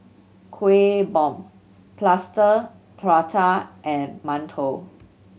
Kueh Bom Plaster Prata and mantou